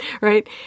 right